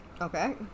Okay